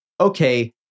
okay